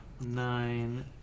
nine